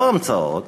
לא המצאות